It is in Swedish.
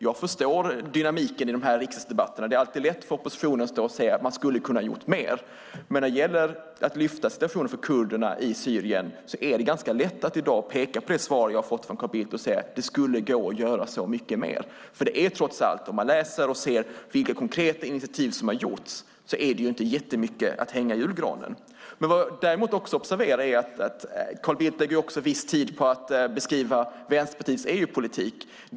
Jag förstår dynamiken i dessa riksdagsdebatter. Det är alltid lätt för oppositionen att stå och säga att man skulle ha kunnat göra mer. Men när det gäller att lyfta fram situationen för kurderna i Syrien är det ganska lätt att i dag peka på det svar som jag har fått från Carl Bildt och säga att det skulle gå att göra så mycket mer. Om man läser och ser vilka konkreta initiativ som har gjorts är det trots allt inte jättemycket att hänga i julgranen. Vad jag däremot också observerar är att Carl Bildt lägger viss tid på att beskriva Vänsterpartiets EU-politik.